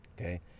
Okay